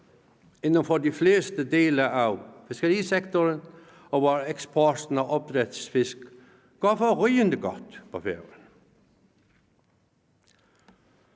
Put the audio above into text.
inden for de fleste dele af fiskerisektoren, og hvor eksporten af opdrætsfisk går forrygende godt på Færøerne.